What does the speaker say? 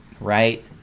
right